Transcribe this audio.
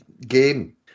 game